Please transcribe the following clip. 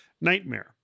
nightmare